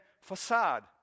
facade